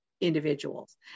individuals